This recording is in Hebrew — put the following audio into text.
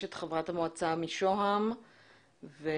יש את חברת המועצה משוהם ואת